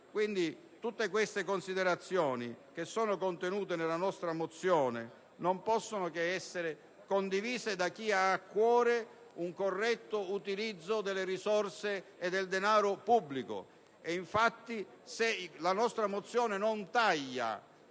tutte queste considerazioni, contenute nella nostra mozione, non possono che essere condivise da chi ha a cuore un corretto utilizzo delle risorse e del denaro pubblico.